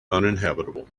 uninhabitable